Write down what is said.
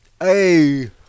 Hey